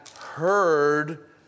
heard